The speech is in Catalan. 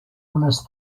unes